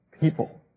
people